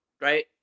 Right